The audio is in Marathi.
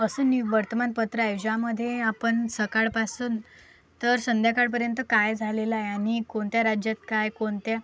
असं नी वर्तमानपत्र आहे ज्यामध्ये आपण सकाळपासून तर संध्याकाळपर्यंत काय झालेलं आहे आणि कोणत्या राज्यात काय कोणत्या